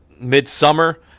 midsummer